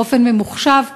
באופן ממוחשב,